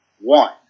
one